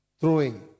throwing